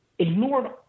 ignored